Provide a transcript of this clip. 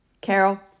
Carol